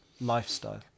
lifestyle